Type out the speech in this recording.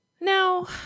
now